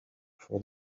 for